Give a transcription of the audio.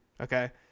Okay